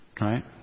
right